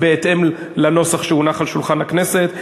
היא בהתאם לנוסח שהונח על שולחן הכנסת,